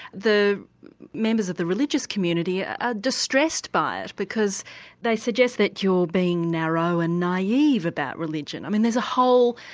the members of the religious community are ah distressed by it because they suggest that you're being narrow and naive about religion. i mean there's a whole,